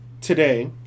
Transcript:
today